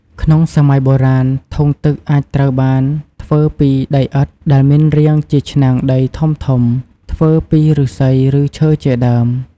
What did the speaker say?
ក្នុងសម័យបុរាណ ធុងទឹកអាចត្រូវបានធ្វើពី ដីឥដ្ឋដែមានរាងជាឆ្នាំងដីធំៗ ធ្វើពីឫស្សី ឬ ឈើជាដើម។